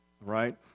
Right